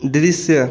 दृश्य